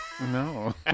No